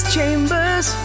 Chambers